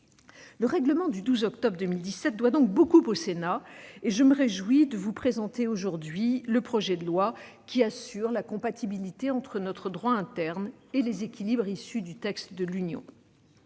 Le règlement du 12 octobre 2017 doit donc beaucoup au Sénat, et je me réjouis de vous présenter aujourd'hui le projet de loi qui assure la compatibilité entre notre droit interne et les équilibres issus du texte de l'Union.